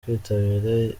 kwitabira